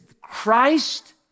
Christ